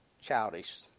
childish